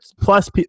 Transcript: plus